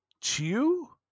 chew